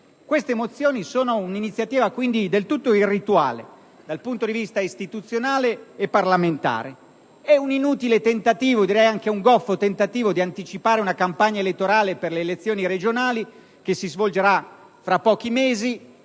esame sono un'iniziativa del tutto irrituale dal punto di vista istituzionale e parlamentare; è un inutile - e direi anche goffo - tentativo di anticipare una campagna elettorale per le elezioni regionali che si svolgerà tra pochi mesi